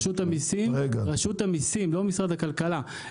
רשות המיסים, לא משרד הכלכלה.